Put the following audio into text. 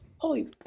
Holy